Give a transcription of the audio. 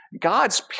God's